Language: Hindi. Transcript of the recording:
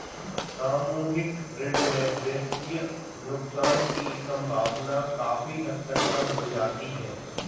सामूहिक ऋण में वित्तीय नुकसान की सम्भावना काफी हद तक कम हो जाती है